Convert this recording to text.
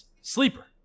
Sleeper